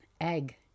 egg